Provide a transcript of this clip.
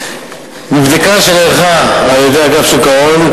בבדיקה שנערכה על-ידי אגף שוק ההון,